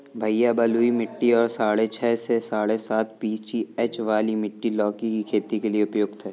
भैया बलुई मिट्टी और साढ़े छह से साढ़े सात पी.एच वाली मिट्टी लौकी की खेती के लिए उपयुक्त है